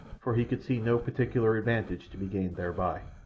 for he could see no particular advantage to be gained thereby.